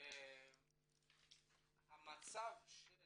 המצב של